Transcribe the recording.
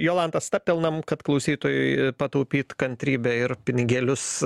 jolanta stabtelnam kad klausytojui e pataupyt kantrybę ir pinigėlius